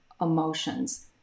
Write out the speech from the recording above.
emotions